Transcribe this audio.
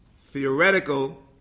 theoretical